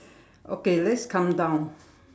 okay let's come down